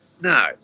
No